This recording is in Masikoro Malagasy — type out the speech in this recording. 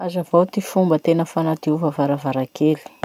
Hazavao ty fomba tena fanadiova varavarakely.